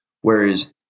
Whereas